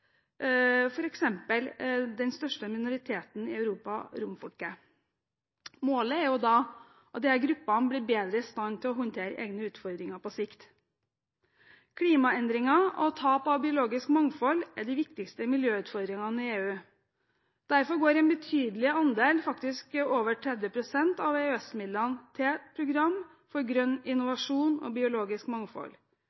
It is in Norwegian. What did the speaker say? f.eks. den største minoriteten i Europa: romfolket. Målet er at disse gruppene blir bedre i stand til å håndtere egne utfordringer på sikt. Klimaendringer og tap av biologisk mangfold er de viktigste miljøutfordringene i EU. Derfor går en betydelig andel, faktisk over 30 pst., av EØS-midlene til programmer for grønn